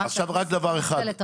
בתוך כול המחלקות,